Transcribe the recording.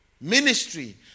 Ministry